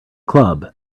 club